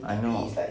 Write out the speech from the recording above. I know